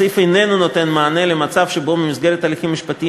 הסעיף איננו נותן מענה למצב שבו במסגרת הליכים משפטיים